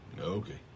Okay